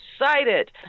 excited